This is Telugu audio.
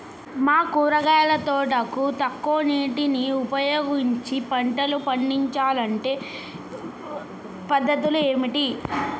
మా కూరగాయల తోటకు తక్కువ నీటిని ఉపయోగించి పంటలు పండించాలే అంటే పద్ధతులు ఏంటివి?